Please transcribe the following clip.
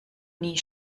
nie